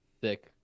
Thick